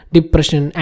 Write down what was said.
Depression